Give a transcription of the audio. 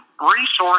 resource